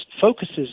focuses